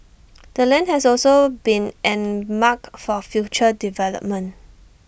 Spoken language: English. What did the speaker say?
the land has also been earmarked for future development